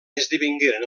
esdevingueren